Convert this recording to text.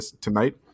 tonight